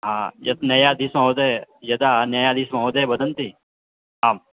हा यत् न्यायाधीशमहोदयः यदा न्यायाधीशमहोदयः वदन्ति आम्